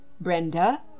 brenda